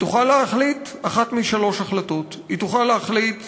ותוכל להחליט אחת משלוש החלטות: היא תוכל להחליט